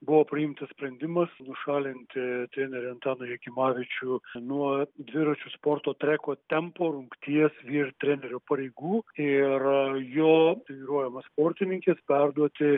buvo priimtas sprendimas nušalinti trenerį antaną jakimavičių nuo dviračių sporto treko tempo rungties vyr trenerio pareigų ir jo treniruojamas sportininkes perduoti